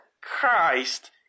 Christ